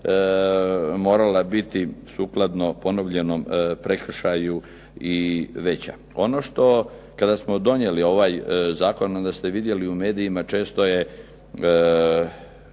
morala biti sukladno ponovljenom prekršaju i veća. Ono što, kada smo donijeli ovaj zakon onda ste vidjeli u medijima često se